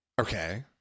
Okay